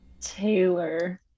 taylor